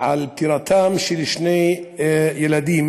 על פטירתם של שני ילדים